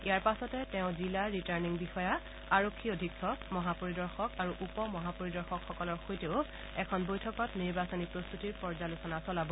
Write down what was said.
ইয়াৰ পাছতে তেওঁ জিলা ৰিটাৰ্ণিং বিষয়া আৰক্ষী অধীক্ষক মহাপৰিদৰ্শক আৰু উপ মহাপৰিদৰ্শকসকলৰ সৈতেও এখন বৈঠকত নিৰ্বাচনী প্ৰস্তুতিৰ পৰ্যালোচনা চলাব